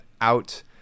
out